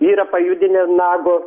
yra pajudinę nago